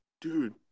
dude